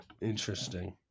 interesting